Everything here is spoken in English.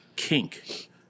kink